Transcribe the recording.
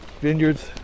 Vineyards